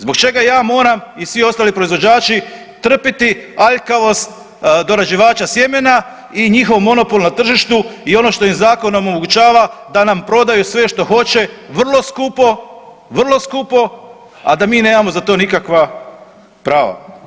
Zbog čega ja moram i svi ostali proizvođači trpiti aljkavost dorađivača sjemena i njihov monopol na tržištu i ono što im zakon omogućava da nam prodaju sve što hoće vrlo skupo, a da mi nemamo za to nikakva prava.